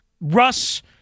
Russ